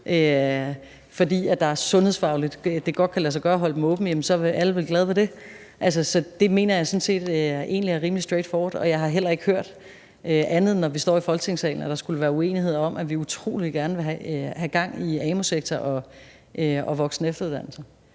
fordi det sundhedsfagligt godt kan lade sig gøre at holde det åbent, så er alle vel glade for det. Altså, så det mener jeg sådan set egentlig er rimelig straight forward, og jeg har heller ikke hørt andet, når vi står i Folketingssalen, altså at der skulle være uenighed om, at vi utrolig gerne vil have gang i amu-sektoren og voksen- og efteruddannelser.